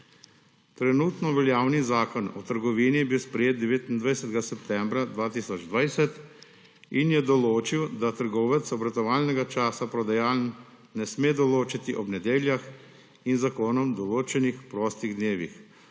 Trenutno veljavni Zakon o trgovini je bil sprejet 29. septembra 2020 in je določil, da trgovec obratovalnega časa prodajalne ne sme določiti ob nedeljah in z zakonom določenih dela prostih dnevih.